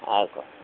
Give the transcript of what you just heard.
ଆଉ କ'ଣ